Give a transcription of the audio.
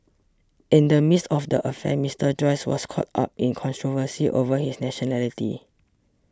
in the midst of the affair Mister Joyce was caught up in controversy over his nationality